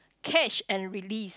catch and release